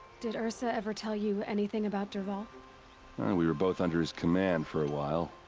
did ersa ever tell you anything about dervahl? ah we were both under his command for a while.